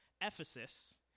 Ephesus